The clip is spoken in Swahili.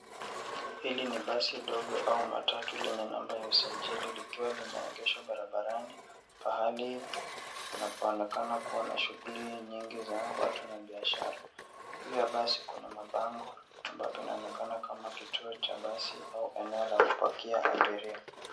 Hili ni basi ndogo au matatu lenye namba ya usajili likiwa limeegeshwa barabarani pahali panapoonekana kuwa na shuguli nyingi za watu na biashara. Juu ya basi kuna mabango ambapo inaonekana kama kituo cha basi au eneo la kupakia abiria.